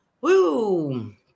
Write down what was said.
Woo